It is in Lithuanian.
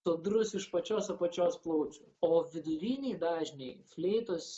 sodrus iš pačios apačios plaučių o viduriniai dažniai fleitos